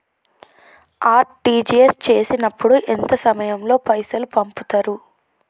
RTGS చేసినప్పుడు ఎంత సమయం లో పైసలు పంపుతరు?